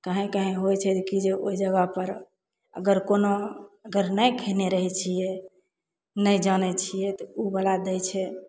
कहीं कहीं होइ छै जे कि जे ओइ जगहपर अगर कोनो अगर नहि खेने रहय छियै नहि जानय छियै तऽ उवला दै छै